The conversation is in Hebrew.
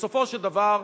בסופו של דבר,